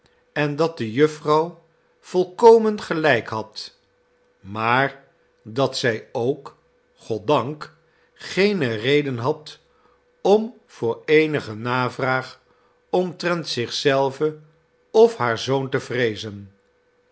en dat de jufvrouw volkomen gelijk had maar dat zij ook goddank geene reden had om voor eenige navraag omtrent zich zelve of haar zoon te vreezen